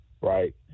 right